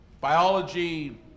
biology